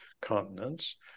continents